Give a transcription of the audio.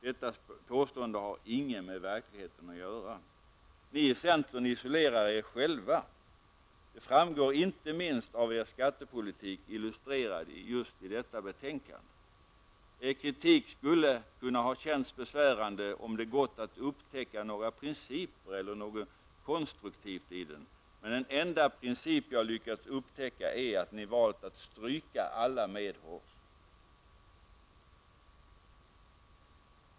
Detta påstående har inget med verkligheten att göra. Ni i centern isolerar er själva. Det framgår inte minst av er skattepolitik, illustrerad just i detta betänkande. Er kritik skulle kunna ha känts besvärande, om det gått att upptäcka några principer eller något konstruktivt i den. Men den enda princip jag lyckats upptäcka är att ni valt att stryka alla medhårs.